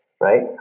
right